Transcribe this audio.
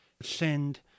send